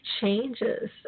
changes